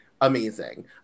amazing